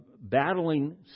battling